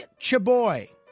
Chaboy